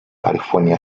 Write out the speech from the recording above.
california